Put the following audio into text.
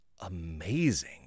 amazing